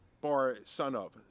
Bar-son-of